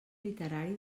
literari